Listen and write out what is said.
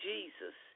Jesus